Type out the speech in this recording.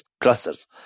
clusters